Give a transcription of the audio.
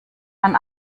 man